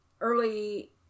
early